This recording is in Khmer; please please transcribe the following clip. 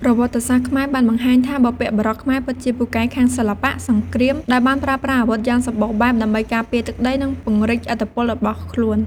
ប្រវត្តិសាស្ត្រខ្មែរបានបង្ហាញថា បុព្វបុរសខ្មែរពិតជាពូកែខាងសិល្បៈ សង្គ្រាម ដោយបានប្រើប្រាស់អាវុធយ៉ាងសម្បូរបែបដើម្បីការពារទឹកដី និងពង្រីកឥទ្ធិពលរបស់ខ្លួន។